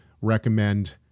recommend